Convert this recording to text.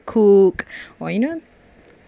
cook or you know